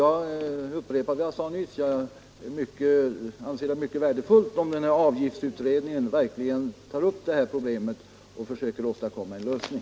Jag upprepar att jag skulle anse det mycket värdefullt om avgiftsutredningen verkligen tar upp problemet och försöker åstadkomma en lösning.